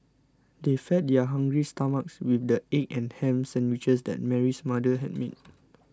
they fed their hungry stomachs with the egg and ham sandwiches that Mary's mother had made